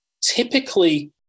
typically